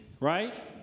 right